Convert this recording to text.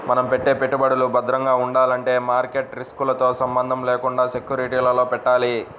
మనం పెట్టే పెట్టుబడులు భద్రంగా ఉండాలంటే మార్కెట్ రిస్కులతో సంబంధం లేకుండా సెక్యూరిటీలలో పెట్టాలి